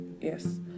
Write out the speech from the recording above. yes